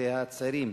זה הצעירים,